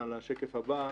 מזכיר,